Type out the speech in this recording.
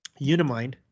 Unimind